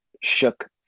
shook